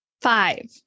five